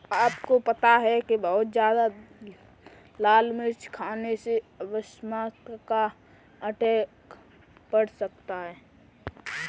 आपको पता है बहुत ज्यादा लाल मिर्च खाने से अस्थमा का अटैक पड़ सकता है?